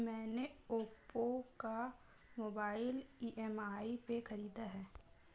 मैने ओप्पो का mobile EMI पे खरीदा है